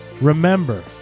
Remember